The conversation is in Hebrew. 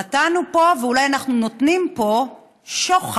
נתנו פה ואולי אנחנו נותנים פה שוחד